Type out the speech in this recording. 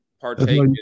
partake